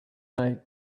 night